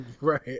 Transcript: right